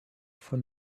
for